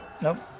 Nope